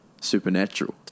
supernatural